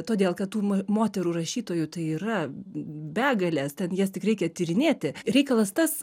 todėl kad tų ma moterų rašytojų tai yra begalės ten jas tik reikia tyrinėti reikalas tas